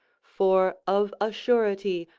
for of a surety,